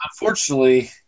unfortunately